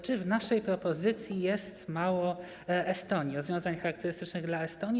Czy w naszej propozycji jest mało Estonii, rozwiązań charakterystycznych dla Estonii?